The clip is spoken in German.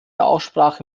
aussprache